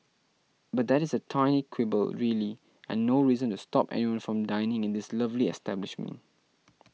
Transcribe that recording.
but that is a tiny quibble really and no reason to stop anyone from dining in this lovely establishment